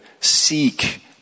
Seek